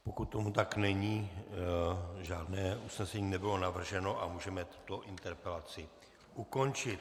Pokud tomu tak není, žádné usnesení nebylo navrženo a můžeme tuto interpelaci ukončit.